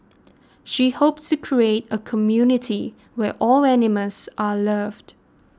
she hopes to create a community where all animals are loved